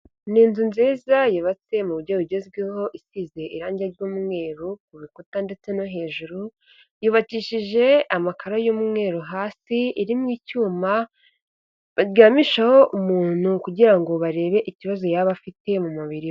Ni inzu nziza yubatse mu buryo bugezweho, isize irangi ry'umweru ku bikuta ndetse no hejuru, yubakishije amakaro y'umweru hasi, irimo icyuma baryamishaho umuntu kugira ngo barebe ikibazo yaba afite mu mubiri we.